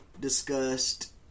discussed